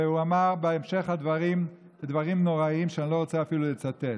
והוא אמר בהמשך הדברים דברים נוראים שאני לא רוצה אפילו לצטט.